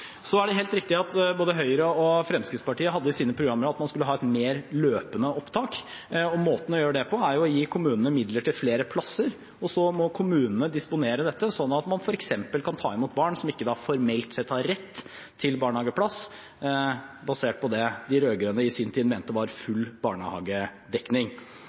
Så er det helt riktig at både Høyre og Fremskrittspartiet hadde i sine programmer at man skulle ha et mer løpende opptak. Måten å gjøre det på er å gi kommunene midler til flere plasser. Så må kommunene disponere dette slik at man f.eks. kan ta imot barn som ikke formelt sett har rett til barnehageplass basert på det de rød-grønne i sin tid mente var full barnehagedekning.